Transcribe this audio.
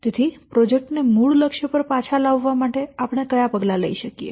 તેથી પ્રોજેક્ટ ને મૂળ લક્ષ્ય પર પાછા લાવવા માટે આપણે કયા પગલા લઈ શકીએ